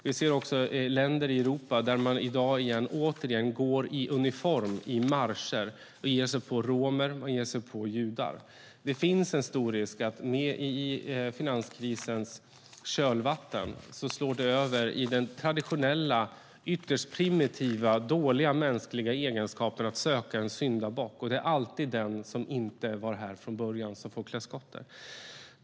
Vi ser också länder i Europa där man i dag återigen marscherar i uniform och ger sig på romer och judar. Det finns en stor risk för att det i finanskrisens kölvatten slår över i den traditionella, ytterst primitiva, dåliga mänskliga egenskapen att söka en syndabock. Det är alltid den som inte var här från början som får klä skott för problemen.